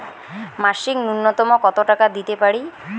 মাসিক নূন্যতম কত টাকা দিতে পারি?